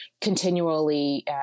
continually